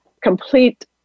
complete